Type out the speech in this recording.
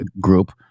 group